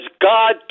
god